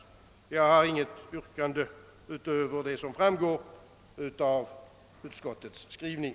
Jag har inget yrkande utöver det som framgår av utskottets skrivning.